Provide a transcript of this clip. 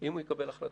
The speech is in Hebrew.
אם הוא יקבל החלטה.